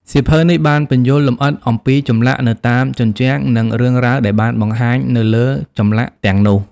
សៀវភៅនេះបានពន្យល់លម្អិតអំពីចម្លាក់នៅតាមជញ្ជាំង និងរឿងរ៉ាវដែលបានបង្ហាញនៅលើចម្លាក់ទាំងនោះ។